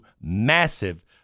massive